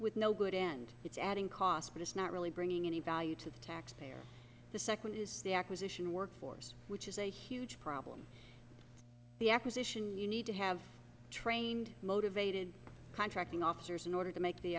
with no good end it's adding cost but it's not really bringing any value to the taxpayer the second is the acquisition workforce which is a huge problem the acquisition you need to have trained motivated contracting officers in order to make the